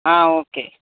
ఆ ఓకే